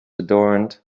adorned